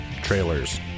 Trailers